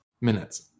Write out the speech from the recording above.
minutes